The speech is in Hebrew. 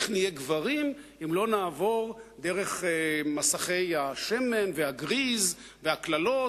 איך נהיה גברים אם לא נעבור דרך מסכי השמן והגריז והקללות,